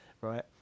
right